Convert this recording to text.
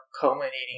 culminating